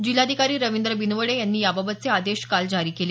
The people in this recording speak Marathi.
जिल्हाधिकारी रवींद्र बिनवडे यांनी याबाबतचे आदेश काल जारी केले